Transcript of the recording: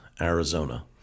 Arizona